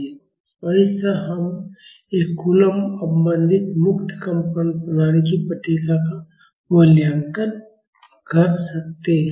तो इस तरह हम एक कूलम्ब अवमंदित मुक्त कंपन प्रणाली की प्रतिक्रिया का मूल्यांकन कर सकते हैं